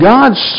God's